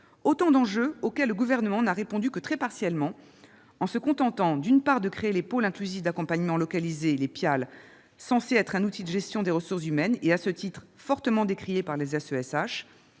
Autant d'enjeux auxquels le Gouvernement n'a répondu que très partiellement, en se contentant, d'une part, de créer les pôles inclusifs d'accompagnement localisés, qui sont censés être un outil de gestion des ressources humaines et, à ce titre, sont fortement décriés par les